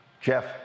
Jeff